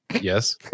Yes